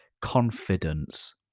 confidence